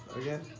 again